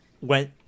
went